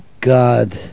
God